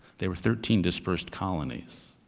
they were thirteen dispersed colonies,